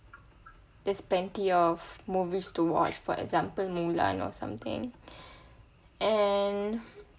there's plenty of movies to watch for example mulan or something and